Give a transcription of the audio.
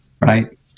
right